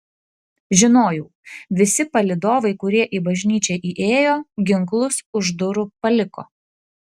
žinojau visi palydovai kurie į bažnyčią įėjo ginklus už durų paliko